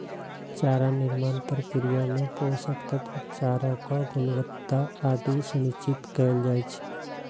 चारा निर्माण प्रक्रिया मे पोषक तत्व, चाराक गुणवत्ता आदि सुनिश्चित कैल जाइ छै